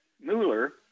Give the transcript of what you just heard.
Mueller